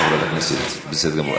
חברת הכנסת, בסדר גמור.